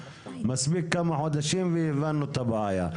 מספיק כמה חודשים והבנו את הבעיה.